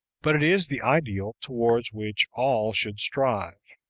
but it is the ideal towards which all should strive.